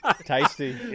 Tasty